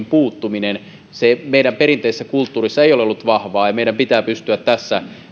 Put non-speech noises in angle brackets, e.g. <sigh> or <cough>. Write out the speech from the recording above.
<unintelligible> puuttumisesta mikä meidän perinteisessä kulttuurissa ei ole ollut vahvaa meidän pitää pystyä tässä